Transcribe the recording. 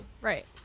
Right